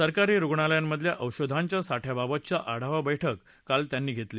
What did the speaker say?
सरकारी रुग्णालयांमधल्या औषधांच्या साठ्याबाबतची आढावा बर्क्र काल त्यांनी घेतली